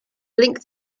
blink